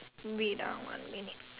wait ah one minute